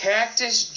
Cactus